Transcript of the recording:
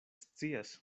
scias